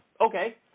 Okay